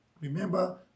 Remember